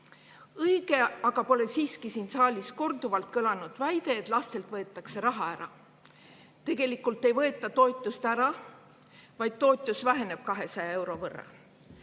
Õige aga pole siiski siin saalis korduvalt kõlanud väide, et lastelt võetakse raha ära. Tegelikult ei võeta toetust ära, vaid toetus väheneb 200 euro võrra.